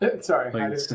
sorry